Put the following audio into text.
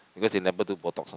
because you never do botox ah